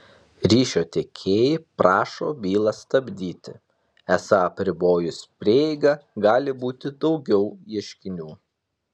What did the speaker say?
ryšio tiekėjai prašo bylą stabdyti esą apribojus prieigą gali būti daugiau ieškinių